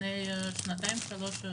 לפני שנתיים שלוש.